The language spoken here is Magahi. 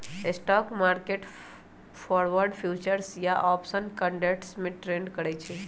स्टॉक मार्केट फॉरवर्ड, फ्यूचर्स या आपशन कंट्रैट्स में ट्रेड करई छई